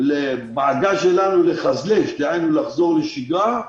בעגה שלנו: לחזל"ש, דהיינו לחזור לשגרה,